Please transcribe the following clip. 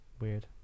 weird